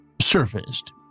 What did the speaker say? surfaced